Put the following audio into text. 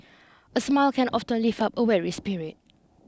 a smile can often lift up a weary spirit